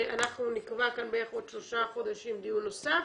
ואנחנו נקבע כאן בערך עוד שלושה חודשים דיון נוסף.